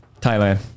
Thailand